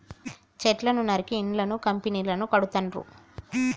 చెట్లను నరికి ఇళ్లను కంపెనీలను కడుతాండ్రు